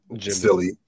silly